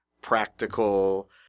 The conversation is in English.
practical